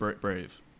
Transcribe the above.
brave